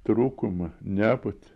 trūkumą nebūtį